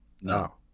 No